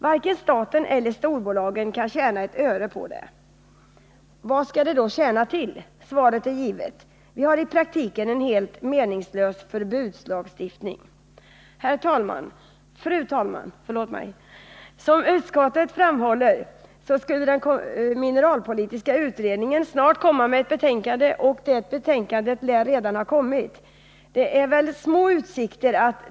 Varken staten eller storbolagen kan tjäna ett öre på det. Vad skall det då tjäna till? Svaret är givet: Vi har i praktiken en helt meningslös förbudslagstiftning. Fru talman! Utskottet framhåller att mineralpolitiska utredningen snart skall komma med ett betänkande, och det betänkandet lär nu ha kommit.